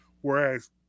Whereas